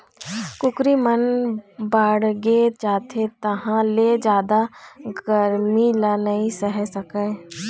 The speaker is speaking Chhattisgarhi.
कुकरी मन बाड़गे जाथे तहाँ ले जादा गरमी ल नइ सहे सकय